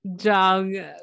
Jung